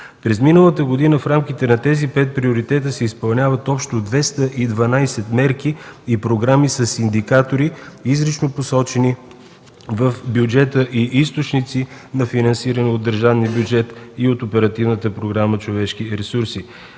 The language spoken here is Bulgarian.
През миналата година в рамките на тези пет приоритета се изпълняват общо 212 мерки и програми с индикатори, изрично посочени в бюджета, и източници на финансиране от държавния бюджет и от Оперативната програма „Човешки ресурси”.